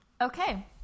Okay